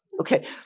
okay